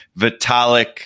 Vitalik